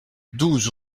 douze